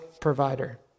provider